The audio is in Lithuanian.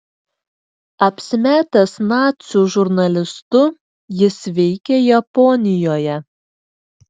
apsimetęs nacių žurnalistu jis veikė japonijoje